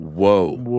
whoa